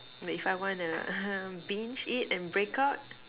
but if I wanna binge it and break out